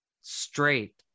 straight